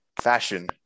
fashion